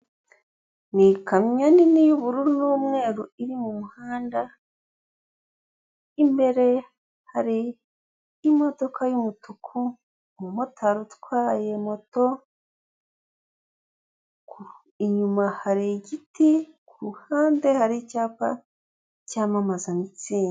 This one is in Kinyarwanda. Ni ikamyo nini y'ubururu n'umweru iri mu muhanda imbere hari imodoka y'umutuku, umumotari utwaye moto, inyuma hari igiti kuruhande hari icyapa cyamamaza imitsingi.